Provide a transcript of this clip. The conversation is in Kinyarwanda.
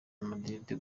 madrid